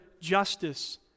justice